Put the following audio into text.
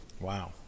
Wow